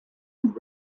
and